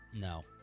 No